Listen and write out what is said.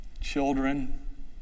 children